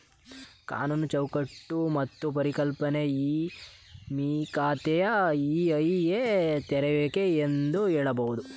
ಕಾನೂನು ಚೌಕಟ್ಟು ಮತ್ತು ಪರಿಕಲ್ಪನೆ ಇ ವಿಮ ಖಾತೆ ಇ.ಐ.ಎ ತೆರೆಯುವಿಕೆ ಎಂದು ಹೇಳಬಹುದು